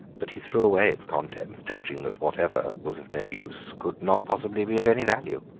but he threw away its contents, judging that whatever was of no use could not possibly be of any value.